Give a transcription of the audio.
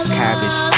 cabbage